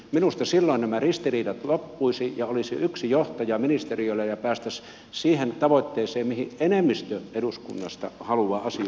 minusta silloin nämä ristiriidat loppuisivat ja olisi yksi johtaja ministeriöllä ja päästäisiin siihen tavoitteeseen mihin enemmistö eduskunnasta haluaa syy